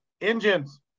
engines